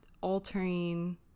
altering